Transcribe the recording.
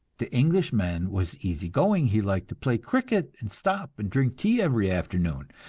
the englishman was easy-going he liked to play cricket, and stop and drink tea every afternoon.